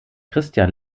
christian